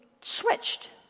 switched